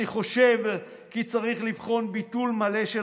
אני חושב כי צריך לבחון ביטול מלא של